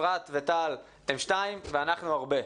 אפרת וטל הן שתיים ואנחנו הרבה.